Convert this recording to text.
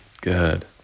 Good